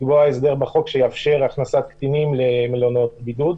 לקבוע הסדר בחוק שיאפשר הכנסת קטינים למלונות בידוד.